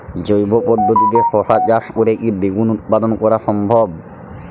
জৈব পদ্ধতিতে শশা চাষ করে কি দ্বিগুণ উৎপাদন করা সম্ভব?